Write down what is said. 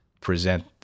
present